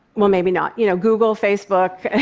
well, maybe not. you know, google, facebook and